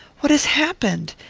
what has happened?